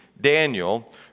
Daniel